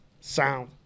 sound